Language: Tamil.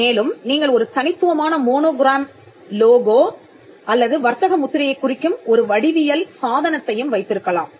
மேலும் நீங்கள் ஒரு தனித்துவமான மோனோகிராம் லோகோ அல்லது வர்த்தக முத்திரையைக் குறிக்கும் ஒரு வடிவியல் சாதனத்தையும் வைத்திருக்கலாம்